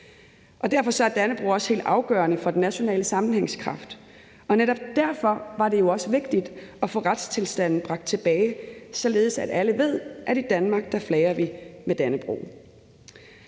Derfor er Dannebrog også helt afgørende for den nationale sammenhængskraft, og netop derfor var det jo også vigtigt at få retstilstanden bragt tilbage, således at alle ved, at i Danmark flager vi med Dannebrog.